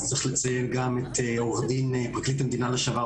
צריך לציין גם את פרקליט המדינה לשעבר,